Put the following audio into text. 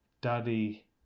Daddy